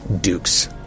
Duke's